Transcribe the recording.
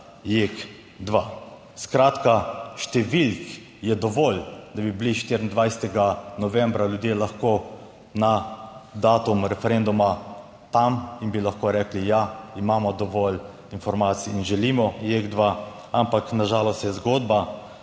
JEK2. Skratka, številk je dovolj, da bi bili 24. novembra ljudje lahko na datum referenduma tam in bi lahko rekli, ja, imamo dovolj informacij in želimo JEK2, ampak na žalost se je zgodba